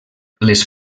les